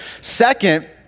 Second